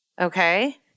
Okay